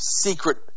secret